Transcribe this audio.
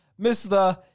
Mr